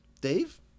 Dave